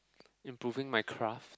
improving my craft